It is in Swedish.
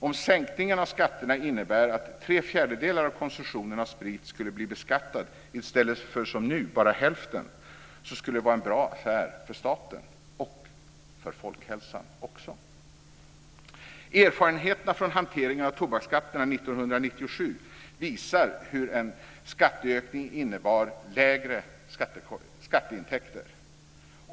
Om sänkningen av skatterna innebär att tre fjärdedelar av konsumtionen av sprit skulle bli beskattad i stället för som nu bara hälften skulle det vara en bra affär för staten och också för folkhälsan. Erfarenheterna från hanteringen av tobaksskatterna år 1997 visar hur en skatteökning innebar lägre skatteintäkter.